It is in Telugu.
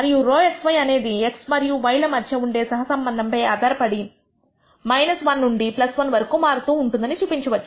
మనము ρxy అనేది x మరియు y ల మధ్య ఉండే సహసంబంధం పై ఆధారపడి 1 నుండి 1 వరకు మారుతూ ఉంటుందని చూపించవచ్చు